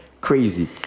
crazy